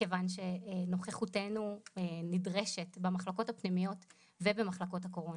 כיוון שנוכחותנו נדרשת במחלקות הפנימיות ובמחלקות הקורונה,